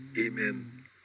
Amen